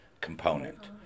component